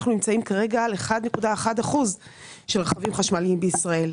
אנחנו נמצאים כרגע על 1.1% של רכבים חשמליים בישראל.